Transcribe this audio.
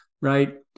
right